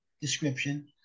description